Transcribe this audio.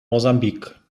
mosambik